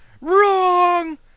Wrong